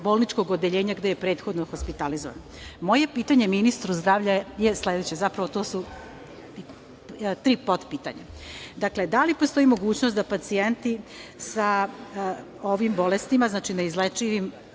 bolničkog odeljenja gde je prethodno hospitalizovan. Moje pitanje ministru zdravlja je sledeće, zapravo to su tri potpitanja. Da li postoji mogućnost da pacijenti sa ovim bolestima, znači neizlečivim,